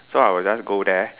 so I will just go there